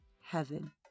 heaven